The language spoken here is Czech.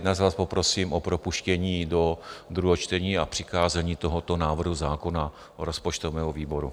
Dnes vás poprosím o propuštění do druhého čtení a přikázání tohoto návrhu zákona rozpočtovému výboru.